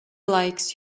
likes